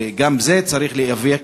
וגם בזה צריך להיאבק,